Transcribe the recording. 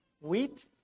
Wheat